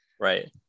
Right